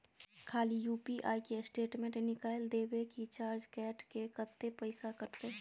खाली यु.पी.आई के स्टेटमेंट निकाइल देबे की चार्ज कैट के, कत्ते पैसा कटते?